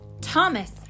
Thomas